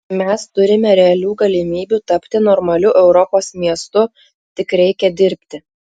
mes turime realių galimybių tapti normaliu europos miestu tik reikia dirbti